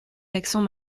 l’accent